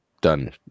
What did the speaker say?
done